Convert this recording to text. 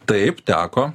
taip teko